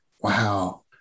wow